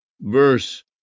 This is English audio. verse